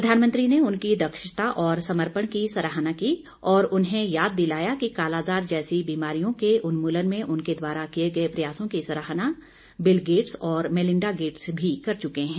प्रधानमंत्री ने उनकी दक्षता और समर्पण की सराहना की और उन्हें याद दिलाया कि कालाजार जैसी बीमारियों के उन्मूलन में उनके द्वारा किये गये प्रयासों की सराहना बिल गेट्स और मेलिंडा गेट्स भी कर चुके है